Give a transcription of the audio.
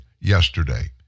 yesterday